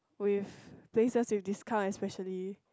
with places with discount especially